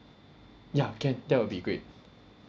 ya can that will be great